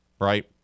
right